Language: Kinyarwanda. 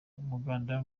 umuganda